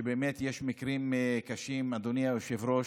באמת יש מקרים קשים, אדוני היושב-ראש,